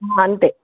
అంతే